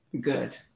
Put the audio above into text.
Good